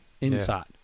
inside